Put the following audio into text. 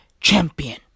champion